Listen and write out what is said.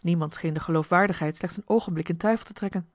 niemand scheen de geloofwaardigheid slechts een oogenblik in twijfel te trekken